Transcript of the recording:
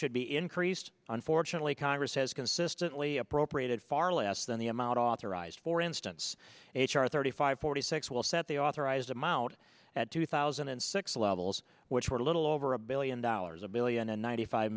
should be increased unfortunately congress has consistently appropriated far less than the amount authorized for instance h r thirty five forty six will set the authorized amount at two thousand and in six levels which were a little over a billion dollars a billion and ninety five